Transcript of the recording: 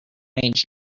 age